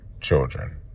children